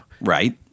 Right